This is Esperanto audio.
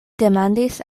demandis